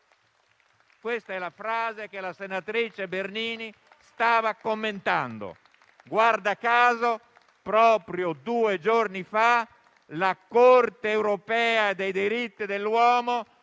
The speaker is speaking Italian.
Questa è la frase che la senatrice Bernini stava commentando. Guarda caso, proprio due giorni fa, la Corte europea dei diritti dell'uomo